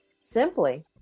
simply